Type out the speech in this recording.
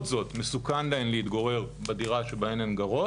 זאת מסוכן להן להתגורר בדירה שבה הן גרות